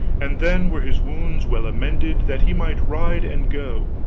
and then were his wounds well amended that he might ride and go,